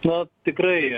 na tikrai